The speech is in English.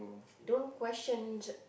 don't question to